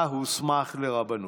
שבה הוסמך לרבנות.